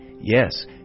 Yes